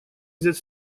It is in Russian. взять